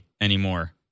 anymore